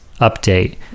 update